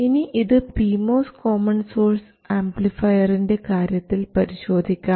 ഇനി ഇത് PMOS common source ആംപ്ലിഫയറിൻറെ കാര്യത്തിൽ പരിശോധിക്കാം